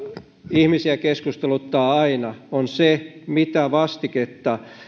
ihmisiä keskusteluttaa aina on se mitä vastinetta